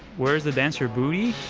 where's the dancer's booty.